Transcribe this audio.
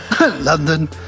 London